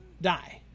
die